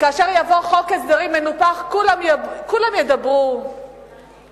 וכאשר יבוא חוק הסדרים מנופח, כולם ידברו בגנותו,